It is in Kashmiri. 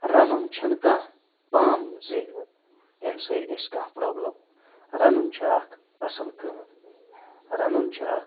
رَنُن چھَنہٕ کانٛہہ پام زِ أمہِ سۭتۍ گَژھہِ کانٛہہ پرٛابلِم رَنُن چھِ اَکھ اصٕل کٲم رَنُن چھِ اَکھ